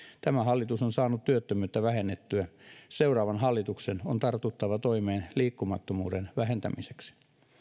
tämä hallitus on saanut työttömyyttä vähennettyä seuraavan hallituksen on tartuttava toimeen liikkumattomuuden vähentämiseksi